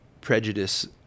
prejudice